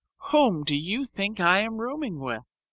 whom do you think i am rooming with?